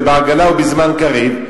זה בעגלא ובזמן קריב.